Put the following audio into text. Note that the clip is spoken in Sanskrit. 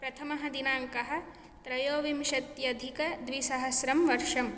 प्रथमः दिनाङ्कः त्रयोविंशत्यधिकद्विसहस्रं वर्षम्